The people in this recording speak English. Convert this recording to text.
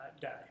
die